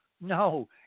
no